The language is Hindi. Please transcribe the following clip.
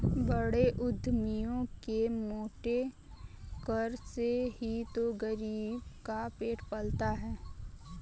बड़े उद्यमियों के मोटे कर से ही तो गरीब का पेट पलता है